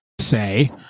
say